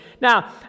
Now